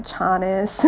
chinese